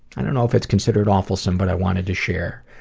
i don't know if it's considered awfulsome, but i wanted to share.